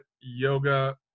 yoga